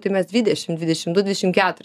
tai mes dvidešimt dvidešimt du dvidešimt keturis